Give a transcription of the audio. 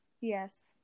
Yes